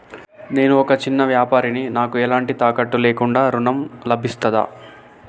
నేను ఒక చిన్న వ్యాపారిని నాకు ఎలాంటి తాకట్టు లేకుండా ఋణం లభిస్తదా?